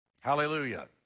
hallelujah